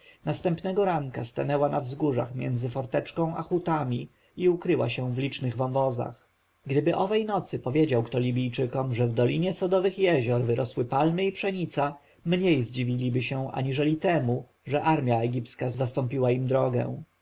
następnego ranka stanęła na wzgórzach między forteczką a hutami i ukryła się w licznych wąwozach gdyby owej nocy powiedział kto libijczykom że w dolinie sodowych jezior wyrosły palmy i pszenica mniej zdziwiliby się aniżeli temu że armja egipska zastąpiła im drogę